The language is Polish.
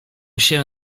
się